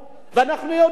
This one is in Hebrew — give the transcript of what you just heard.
מעשה גזעני,